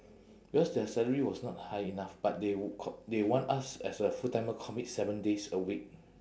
because their salary was not high enough but they c~ they want us as a full-timer commit seven days a week